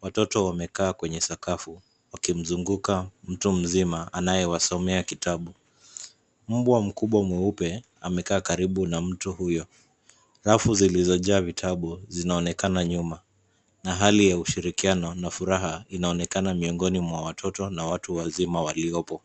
Watoto wamekaa kwenye sakafu, wakimzunguka mtu mzima anayewasomea kitabu. Mbwa mkubwa mweupe amekaa karibu na mtu huyo. Rafu zilizojaa vitabu, zinaonekana nyuma na hali ya ushirikiano na furaha inaonekana miongoni mwa watoto na watu wazima waliopo.